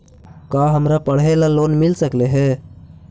का हमरा पढ़े ल लोन मिल सकले हे?